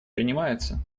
принимается